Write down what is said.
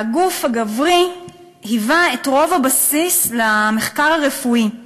הגוף הגברי היווה את רוב הבסיס למחקר הרפואי,